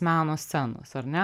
meno scenos ar ne